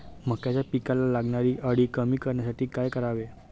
मक्याच्या पिकाला लागणारी अळी कमी करण्यासाठी काय करावे?